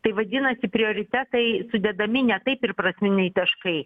tai vadinasi prioritetai sudedami ne taip ir prasminiai taškai